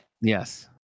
Yes